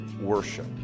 worship